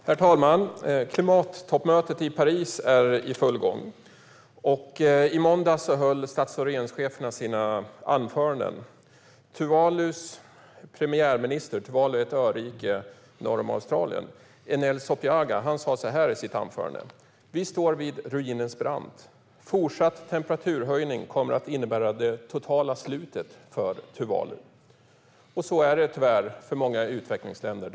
Herr talman! Klimattoppmötet i Paris är i full gång. I måndags höll stats och regeringscheferna sina anföranden. Premiärministern i Tuvalu - ett örike norr om Australien - Enele Sopoaga sa så här: Vi står vid ruinens brant. Fortsatt temperaturhöjning kommer att innebära det totala slutet för Tuvalu. Så är det tyvärr för många utvecklingsländer.